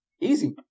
Easy